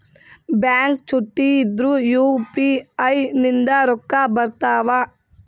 Bank ಚುಟ್ಟಿ ಇದ್ರೂ UPI ನಿಂದ ರೊಕ್ಕ ಬರ್ತಾವಾ?